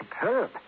superb